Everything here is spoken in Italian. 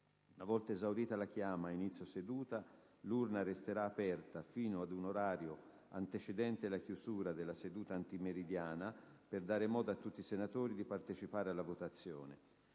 Una volta esaurita la chiama a inizio seduta, l'urna resterà aperta fino ad un orario antecedente la chiusura della seduta antimeridiana per dare modo a tutti i senatori di partecipare alla votazione.